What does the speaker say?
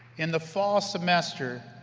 in the fall semester,